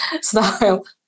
style